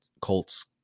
Colts